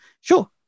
sure